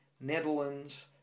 Netherlands